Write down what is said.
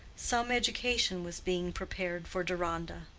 some education was being prepared for deronda.